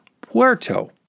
Puerto